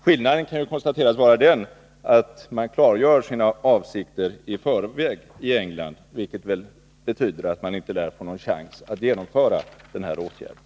Skillnaden kan ju konstateras vara den att man i England klargör sina avsikter i förväg, vilket väl betyder att man inte lär få någon chans att genomföra åtgärderna.